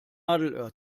nadelöhr